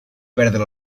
perdre